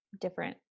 different